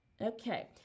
okay